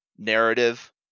Narrative